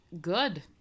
good